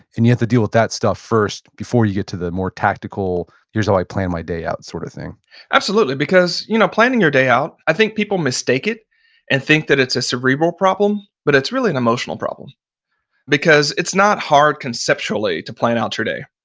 and you have to deal with that stuff first before you get to the more tactical here's how i plan my day out sort of thing absolutely. because you know planning your day out, i think people mistake it and think that it's a cerebral problem, but it's really an emotional problem because it's not hard conceptually to plan out your day.